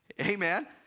Amen